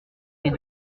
les